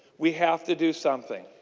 we have to do something.